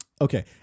Okay